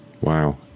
Wow